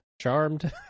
charmed